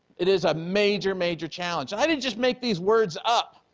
it is a major, major challenge. i didn't just make these words up.